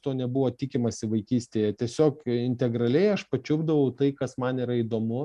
to nebuvo tikimasi vaikystėje tiesiog integraliai aš pačiupdavau tai kas man yra įdomu